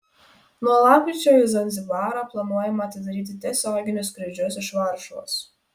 nuo lapkričio į zanzibarą planuojama atidaryti tiesioginius skrydžius iš varšuvos